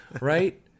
right